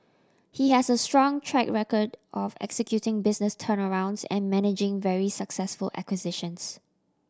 he has a strong track record of executing business turnarounds and managing very successful acquisitions